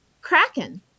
kraken